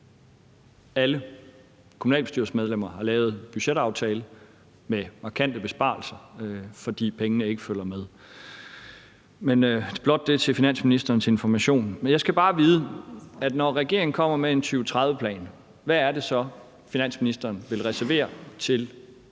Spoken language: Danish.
alle kommunalbestyrelsesmedlemmer har lavet en budgetaftale med markante besparelser, fordi pengene ikke følger med. Men det er blot til finansministerens information. Jeg skal bare have noget at vide. Når regeringen kommer med en 2030-plan, hvad er det så, finansministeren vil reservere til